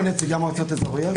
יש פה נציג של המועצות האזוריות?